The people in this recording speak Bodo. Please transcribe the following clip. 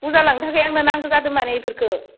फुजा लांनो थाखाय आंनो नांगो जादो माने इफोरखो